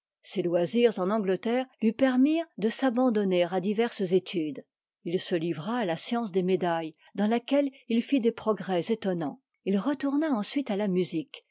ses loisirs en angleterre lui permirent de s'abandonner à diverses études il se livra à la science des médailles dans laquelle il fit des progrès étonnans il retourna ensuite à la musique